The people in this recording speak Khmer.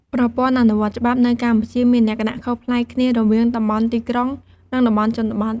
ប្រព័ន្ធអនុវត្តច្បាប់នៅកម្ពុជាមានលក្ខណៈខុសប្លែកគ្នារវាងតំបន់ទីក្រុង និងតំបន់ជនបទ។